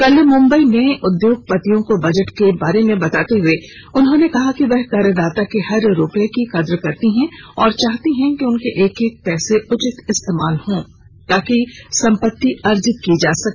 कल मुंबई में उद्योगपतियों को बजट के बारे में बताते हुए उन्होंने कहा कि वह करदाता के हर रुपये की कद्ग करती हैं और चाहती हैं कि उनके एक एक पैसे उचित इस्तेमाल हो ताकि संपत्ति अर्जित की जा सके